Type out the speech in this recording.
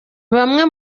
bamwe